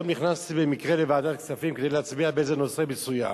היום נכנסתי במקרה לוועדת הכספים כדי להצביע בנושא מסוים,